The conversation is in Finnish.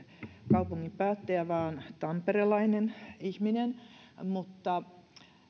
kaupungin päättäjä vaan tamperelainen ihminen mutta